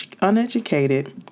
uneducated